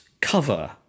cover